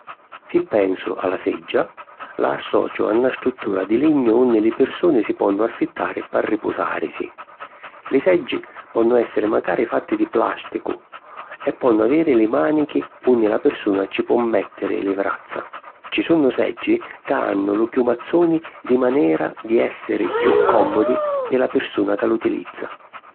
Si pensu a la seggia, la associu a na struttura di lignu unni li pirsuni si ponnu assittari p'arripusàrisi. Li seggi ponnu èssiri macari fatti di plàsticu, e ponnu aviri li mànichi unni la pirsuna ci po mèttiri li vrazza. Ci sunnu seggi ca hannu lu chiumazzuni di manera di èssiri chiù còmmodi pi la pirsuna ca l'utilizza.